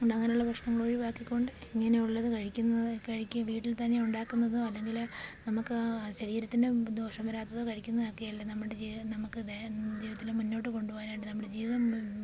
ഉണ്ടാകാനുള്ള ഭക്ഷണങ്ങൾ ഒഴിവാക്കിക്കൊണ്ട് ഇങ്ങനെ ഉള്ളത് കഴിക്കുന്നത് കഴിക്കുകയും വീട്ടിൽ തന്നെ ഉണ്ടാക്കുന്നതോ അല്ലെങ്കില് നമുക്ക് ആ ശരീരത്തിനും ദോഷം വരാത്തതോ കഴിക്കുന്നതോക്കെ അല്ലെ നമ്മുടെ ജീവിതം നമുക്ക് നേ ജീവിതത്തില് മുന്നോട്ട് കൊണ്ടു പോവാനായിട്ട് നമ്മള് ജീവിതം